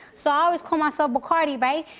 so i always called myself bacardi, right?